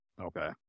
Okay